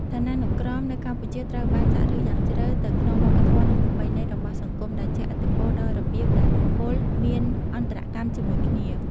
ឋានានុក្រមនៅកម្ពុជាត្រូវបានចាក់ឫសយ៉ាងជ្រៅទៅក្នុងវប្បធម៌ និងប្រពៃណីរបស់សង្គម ដែលជះឥទ្ធិពលដល់របៀបដែលបុគ្គលមានអន្តរកម្មជាមួយគ្នា។